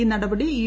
ഈ നടപടി യു